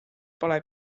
pole